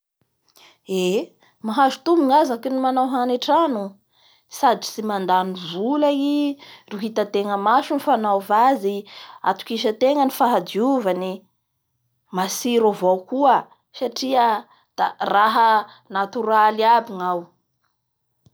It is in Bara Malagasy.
Eeee! Mahazo tombony aza ny manao hanya ntrano sady tsy mandany vola i ro hitatenga maso ny fanaova azy atokisatena ny fahadiovany matsiro avao koa, satria da raha natoray aby gnao.